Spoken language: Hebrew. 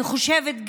אני חושבת,